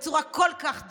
בצורה כל כך דוחה,